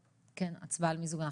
הצבעה על מיזוג.